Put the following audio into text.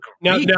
now